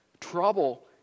Trouble